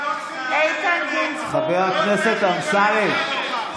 חבר הכנסת אמסלם,